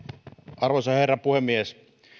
arvoisa herra puhemies